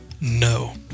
No